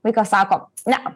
vaikas sako ne